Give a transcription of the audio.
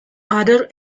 other